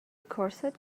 corset